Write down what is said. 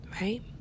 right